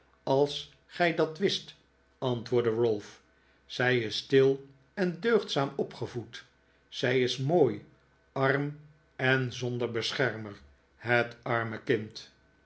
als gij dat wist antwoordde ralph zij is stil en deugdzaam opgevoed zij is mooi arm en zonder beschermer het arme kind